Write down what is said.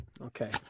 Okay